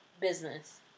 business